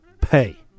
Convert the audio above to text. pay